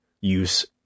use